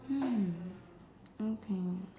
hmm okay